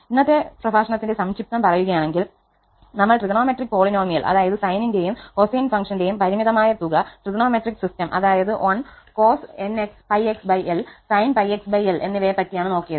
ഇന്നത്തെ പ്രഭാഷണത്തിന്റെ സംക്ഷിപ്തം പറയുകയാണെങ്കിൽനമ്മൾ ട്രിഗണോമെട്രിക് പോളിനോമിയൽ അതായത് സൈനിന്റെയും കോസൈൻ ഫങ്ക്ഷന്റെയും പരിമിതമായ തുക ട്രിഗണോമെട്രിക് സിസ്റ്റം അതായത് 1cos𝜋xl sin𝜋xlഎന്നിവയെ പറ്റിയാണ് നോക്കിയത്